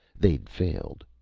they'd failed.